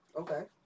Okay